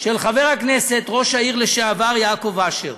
של חבר הכנסת ראש העיר לשעבר יעקב אשר.